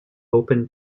open